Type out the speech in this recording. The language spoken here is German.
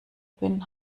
bin